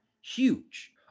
huge